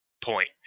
point